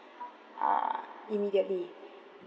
uh immediately